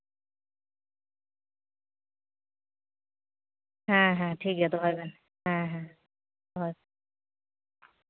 ᱦᱮᱸ ᱦᱮᱸ ᱴᱷᱤᱠᱜᱮᱭᱟ ᱫᱚᱦᱚᱭ ᱵᱮᱱ ᱦᱮᱸ ᱦᱳᱭ